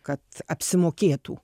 kad apsimokėtų